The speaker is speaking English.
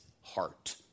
heart